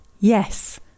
Yes